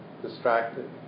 distracted